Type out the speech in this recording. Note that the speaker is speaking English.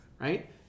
right